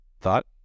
thought